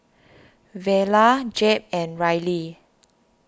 Verla Jep and Rylie